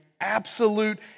absolute